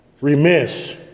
remiss